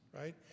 right